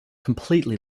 completely